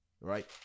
right